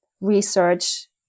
research